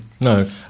No